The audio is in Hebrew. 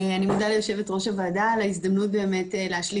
אני מודה ליושבת ראש הוועדה על ההזדמנות להשלים